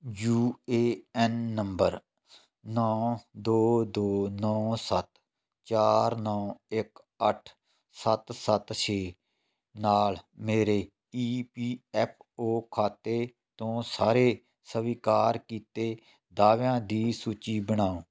you A N number ਨੌਂ ਦੋ ਦੋ ਨੌਂ ਸੱਤ ਚਾਰ ਨੌਂ ਇੱਕ ਅੱਠ ਸੱਤ ਸੱਤ ਛੇ ਨਾਲ ਮੇਰੇ ਈ ਪੀ ਐਫ ਓ ਖਾਤੇ ਤੋਂ ਸਾਰੇ ਸਵੀਕਾਰ ਕੀਤੇ ਦਾਅਵਿਆਂ ਦੀ ਸੂਚੀ ਬਣਾਓ